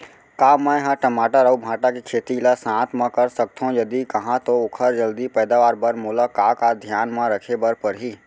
का मै ह टमाटर अऊ भांटा के खेती ला साथ मा कर सकथो, यदि कहाँ तो ओखर जलदी पैदावार बर मोला का का धियान मा रखे बर परही?